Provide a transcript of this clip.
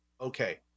Okay